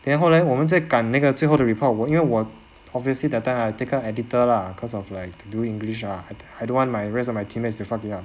then 后来我们在赶那个最后的 report 我因为我 obviously that time I take up editor lah cause of like to do english ah I I don't want my rest of my teammates to fuck it up